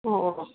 ꯑꯣ ꯑꯣ ꯑꯣ